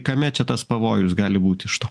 kame čia tas pavojus gali būti iš to